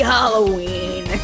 Halloween